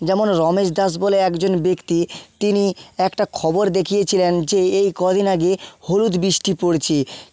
যেমন রমেশ দাস বলে একজন ব্যক্তি তিনি একটা খবর দেখিয়েছিলেন যে এই কদিন আগে হলুদ বৃষ্টি পড়ছে